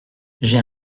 j’ai